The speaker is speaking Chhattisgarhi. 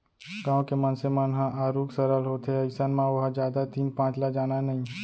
गाँव के मनसे मन ह आरुग सरल होथे अइसन म ओहा जादा तीन पाँच ल जानय नइ